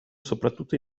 soprattutto